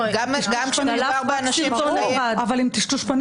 גם כשמדובר באנשים --- אבל עם טשטוש פנים.